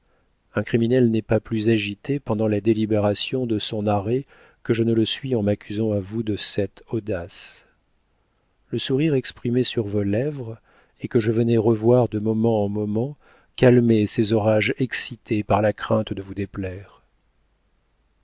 un criminel n'est pas plus agité pendant la délibération de son arrêt que je ne le suis en m'accusant à vous de cette audace le sourire exprimé sur vos lèvres et que je venais revoir de moment en moment calmait ces orages excités par la crainte de vous déplaire